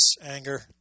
anger